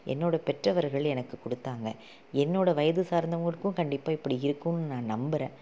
என்னோடய பெற்றவர்கள் எனக்கு கொடுத்தாங்க என்னோடய வயது சார்ந்தவர்களுக்கும் கண்டிப்பாக இப்படி இருக்கும்னு நன நம்புகிறேன்